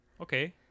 Okay